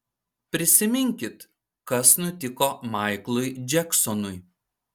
prisiminkit kas nutiko maiklui džeksonui